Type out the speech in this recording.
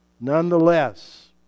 Nonetheless